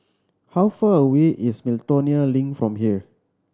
how far away is Miltonia Link from here